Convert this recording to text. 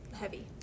heavy